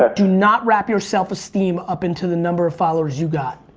but do not wrap your self-esteem up into the number of followers you got.